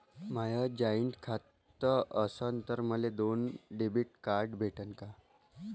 माय joint खातं असन तर मले दोन डेबिट कार्ड भेटन का?